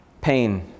pain